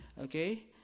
okay